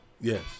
Yes